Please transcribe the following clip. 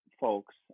folks